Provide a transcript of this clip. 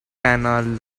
canal